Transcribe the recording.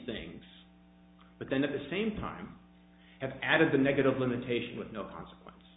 things but then at the same time have added the negative limitation with no consequence